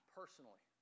personally